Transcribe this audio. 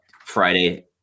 friday